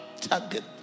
target